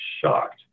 shocked